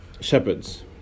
shepherds